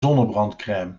zonnebrandcrème